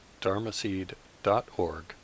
dharmaseed.org